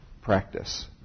practice